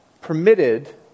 permitted